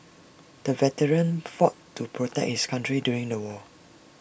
the veteran fought to protect his country during the war